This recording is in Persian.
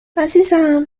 عزیزم